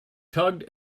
tugged